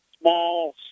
small